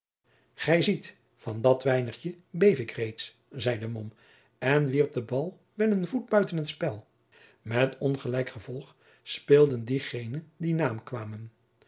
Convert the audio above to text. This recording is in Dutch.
van dat weinigje beef ik reeds zeide mom en wierp den bal wel een voet buiten het spel met ongelijk gevolg speelden diegenen die na hem kwamen